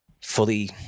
fully